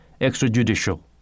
extrajudicial